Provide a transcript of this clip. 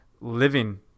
living